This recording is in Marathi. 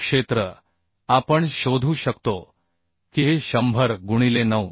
आणि क्षेत्र आपण शोधू शकतो की हे 100 गुणिले 9